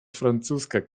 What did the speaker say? francuska